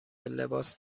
لباس